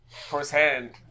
firsthand